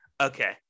okay